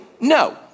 no